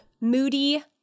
Moody